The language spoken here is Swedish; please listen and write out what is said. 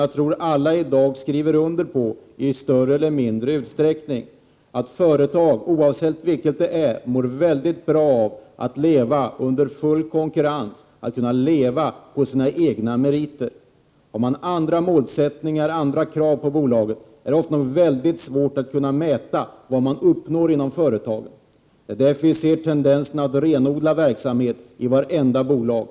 Jag tror att alla i dag i större eller mindre utsträckning skriver under på att företag, oavsett vilket det är, mår mycket bra av att leva under full konkurrens, dvs. att kunna leva på sina egna meriter. Finns det andra mål och andra krav på bolaget är det ofta mycket svårt att kunna mäta vad som uppnås inom företaget. Det är därför vi ser tendenserna att renodla verksamhet i alla bolag.